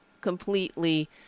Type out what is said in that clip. completely